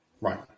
Right